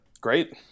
great